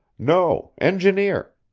no engineer.